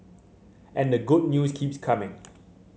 and the good news keeps coming